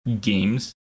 games